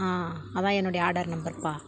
ஆ அதான் என்னுடைய ஆர்டர் நம்பருப்பா